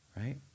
right